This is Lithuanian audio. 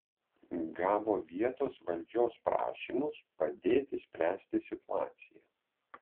gavo vietos valdžios prašymus padėti spręsti situaciją